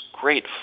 great